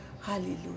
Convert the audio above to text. hallelujah